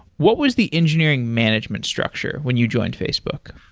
what was the engineering management structure when you joined facebook?